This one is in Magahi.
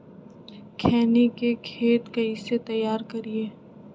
खैनी के खेत कइसे तैयार करिए?